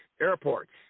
airports